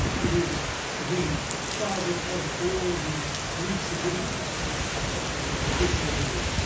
who is the father of all the three traditions of christianity,